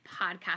podcast